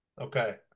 Okay